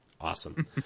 awesome